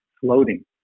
floating